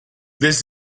this